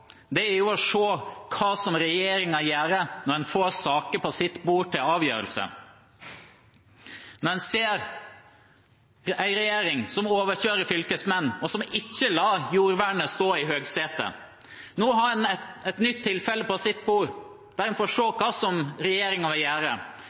å se hva regjeringen gjør når den får saker på sitt bord til avgjørelse. En ser en regjering som overkjører fylkesmenn, og som ikke lar jordvernet stå i høysetet. Nå har regjeringen et nytt tilfelle på sitt bord der en får